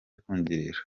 kungirira